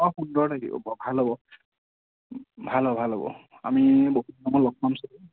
সুন্দৰ লাগিব ভাল হ'ব ভাল হ'ব ভাল হ'ব আমি বহুত সময় লগ পাম চাগে